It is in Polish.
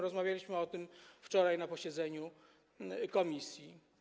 Rozmawialiśmy o tym wczoraj na posiedzeniu komisji.